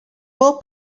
will